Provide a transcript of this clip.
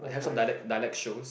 have some dialect dialect shows